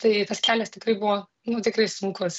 tai tas kelias tikrai buvo nu tikrai sunkus